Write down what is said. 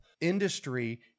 industry